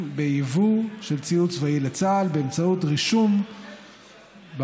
ביבוא של ציוד צבאי לצה"ל באמצעות רישום במערכת,